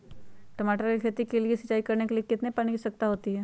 टमाटर की खेती के लिए सिंचाई करने के लिए कितने पानी की आवश्यकता होती है?